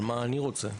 על מה אני רוצה.